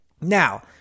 Now